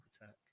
attack